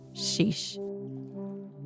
Sheesh